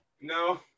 No